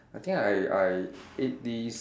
I think I I ate this